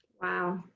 Wow